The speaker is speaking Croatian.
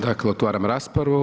Dakle otvaram raspravu.